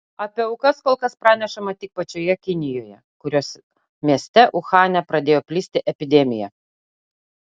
apie aukas kol kas pranešama tik pačioje kinijoje kurios mieste uhane pradėjo plisti epidemija